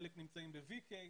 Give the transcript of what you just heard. חלק נמצאים ב-וי.קי.